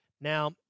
Now